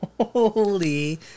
Holy